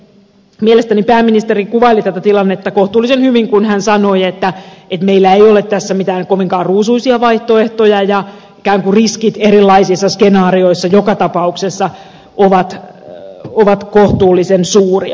mielestäni pääministeri kuvaili tätä tilannetta kohtuullisen hyvin kun hän sanoi että meillä ei ole tässä mitään kovinkaan ruusuisia vaihtoehtoja ja ikään kuin riskit erilaisissa skenaarioissa joka tapauksessa ovat kohtuullisen suuria